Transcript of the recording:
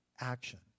action